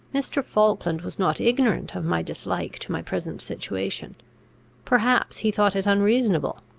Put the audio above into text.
mr. falkland was not ignorant of my dislike to my present situation perhaps he thought it unreasonable,